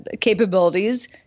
capabilities